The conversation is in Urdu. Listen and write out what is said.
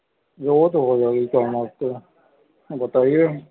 جی وہ تو ہو جائے گی کہنا اُس سے بتائیے